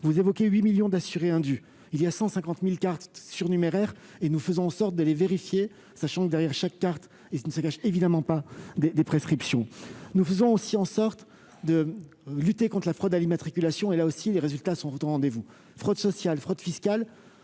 Vous évoquez 8 millions d'assurés indus. Il y a 150 000 cartes surnuméraires, que nous faisons en sorte de repérer, sachant que derrière chaque carte ne se cachent pas forcément des prescriptions. Nous faisons aussi en sorte de lutter contre la fraude à l'immatriculation. Là aussi, les résultats sont au rendez-vous. Les fraudes,